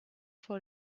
vor